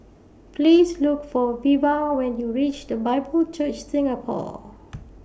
Please Look For Veva when YOU REACH The Bible Church Singapore